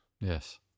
Yes